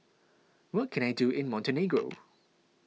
what can I do in Montenegro